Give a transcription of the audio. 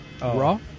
Raw